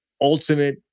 ultimate